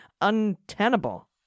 untenable